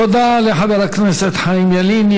תודה לחבר הכנסת חיים ילין.